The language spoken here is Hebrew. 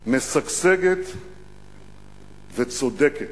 משגשגת וצודקת.